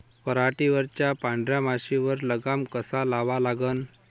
पराटीवरच्या पांढऱ्या माशीवर लगाम कसा लावा लागन?